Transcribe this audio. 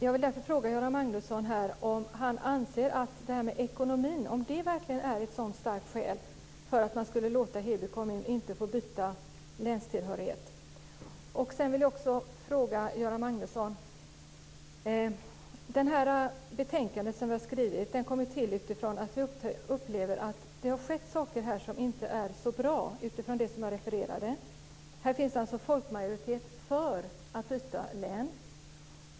Jag vill därför fråga Göran Magnusson om han anser att det här med ekonomin verkligen är ett så starkt skäl för att man inte ska låta Heby kommun byta länstillhörighet. Sedan har jag också en annan fråga till Göran Magnusson. Det betänkande som vi har skrivit har kommit till av att vi upplever att det har skett saker som inte är så bra. Här finns alltså en folkmajoritet för att byta län.